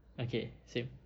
okay same